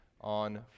on